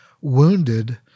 wounded